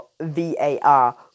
VAR